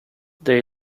they